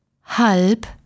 Halb